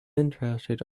interested